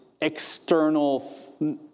external